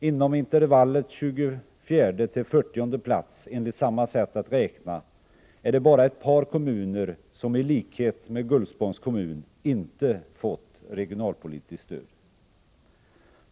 Inom intervallet 24:e—40:e plats enligt samma sätt att räkna är det bara ett par kommuner som i likhet med Gullspångs kommun inte fått regionalpolitiskt stöd.